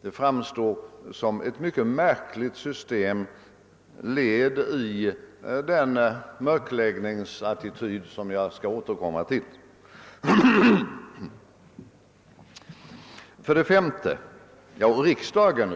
Detta framstår som ett mycket märkligt led i den mörkläggningsattityd som jag skall återkomma till.